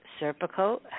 Serpico